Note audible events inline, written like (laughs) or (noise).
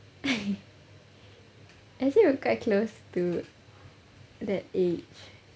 (laughs) actually we're quite close to that age